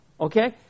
okay